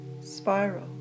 spiral